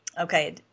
Okay